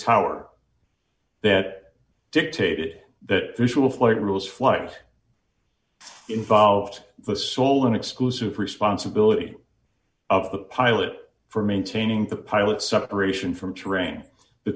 tower that dictated that this will flight rules flight involved the sole and exclusive responsibility of the pilot for maintaining the pilot's separation from training the